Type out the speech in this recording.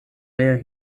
meer